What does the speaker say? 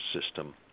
system